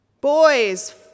Boys